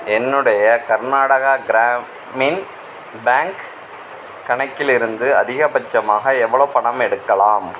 என்னுடைய கர்நாடகா கிராமின் பேங்க் கணக்கிலிருந்து அதிகபட்சமாக எவ்வளோ பணம் எடுக்கலாம்